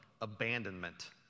abandonment